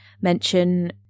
mention